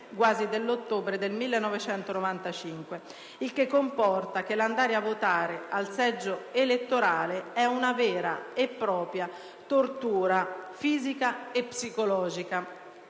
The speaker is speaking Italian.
quasi dell'ottobre 1995 - il che comporta che l'andare a votare al seggio elettorale è una vera e propria tortura fisica e psicologica.